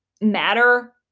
matter